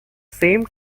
same